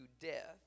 death